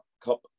Cup